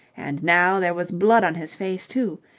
and now there was blood on his face, too.